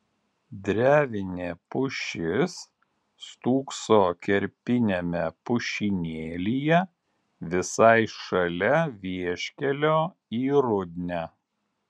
drevinė pušis stūkso kerpiniame pušynėlyje visai šalia vieškelio į rudnią